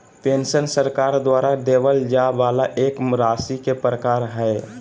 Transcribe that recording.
pension सरकार द्वारा देबल जाय वाला एक राशि के प्रकार हय